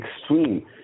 extreme